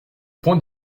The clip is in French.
point